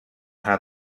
how